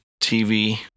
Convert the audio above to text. TV